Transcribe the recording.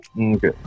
okay